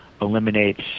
eliminates